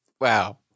Wow